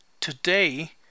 today